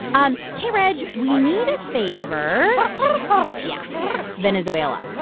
and hey, reg, we need a favor ah yeah venezuela